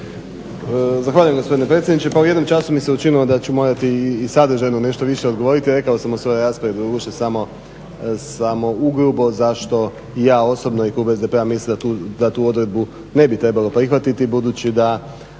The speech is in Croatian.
Zahvaljujem gospodine predsjedniče. Pa u jednom času mi se učinilo da ću morati i sadržajno nešto više odgovoriti. Rekao sam u svojoj raspravi, doduše samo ugrubo zašto ja osobno i klub SDP-a misli da tu odredbu ne bi trebalo prihvatiti budući da